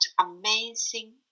amazing